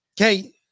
okay